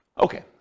Okay